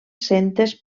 centes